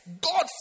God